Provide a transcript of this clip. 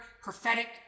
prophetic